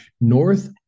North